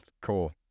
Cool